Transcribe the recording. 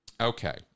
Okay